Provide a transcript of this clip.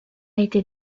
été